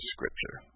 Scripture